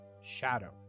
shadow